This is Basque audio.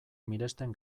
miresten